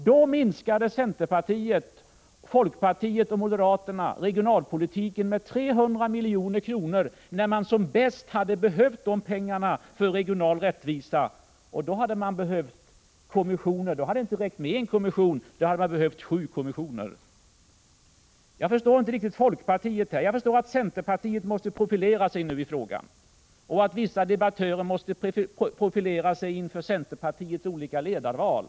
Då minskade centerpartiet, folkpartiet och moderaterna satsningarna på regionalpolitiken med 300 milj.kr., när man som bäst hade behövt dessa pengar för regional rättvisa. Då hade det inte räckt med en kommission, då hade man behövt sju kommissioner. Jag förstår inte riktigt folkpartiet här. Jag förstår att centerpartiet måste profilera sig nu i den här frågan och att vissa debattörer måste profilera sig inför centerpartiets olika ledarval.